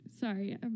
Sorry